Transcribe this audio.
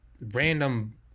random